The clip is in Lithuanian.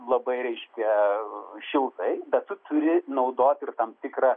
labai reiškia šiltai bet tu turi naudoti ir tam tikrą